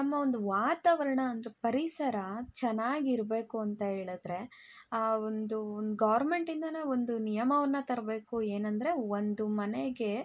ನಮ್ಮ ಒಂದು ವಾತಾವರಣ ಅಂದರೆ ಪರಿಸರ ಚೆನ್ನಾಗಿರ್ಬೇಕು ಅಂತ ಹೇಳದ್ರೆ ಒಂದು ಒಂದು ಗೋರ್ಮೆಂಟಿಂದಲೇ ಒಂದು ನಿಯಮವನ್ನು ತರಬೇಕು ಏನಂದರೆ ಒಂದು ಮನೆಗೆ